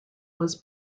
was